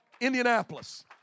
Indianapolis